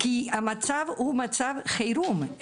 כי המצב הוא מצב חירום.